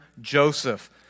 Joseph